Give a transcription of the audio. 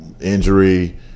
Injury